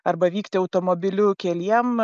arba vykti automobiliu keliem